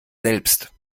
selbst